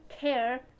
care